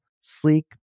sleek